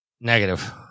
Negative